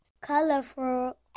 Colorful